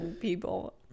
people